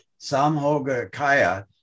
Samhogakaya